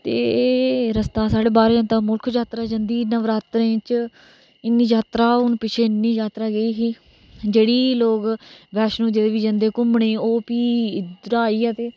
ते रस्ता साढ़े बाहरे जंदा मुल्ख यात्रा जंदी नवरात्रे च इन्नी यात्रा हून पिच्छे इन्नी यात्रा गेई ही जेहडे़ लोग बैष्णो देबी जंदे घूमने गी ओह् फ्ही उद्धर आई ऐ ते